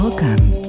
Welcome